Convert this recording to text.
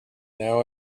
now